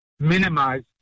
minimize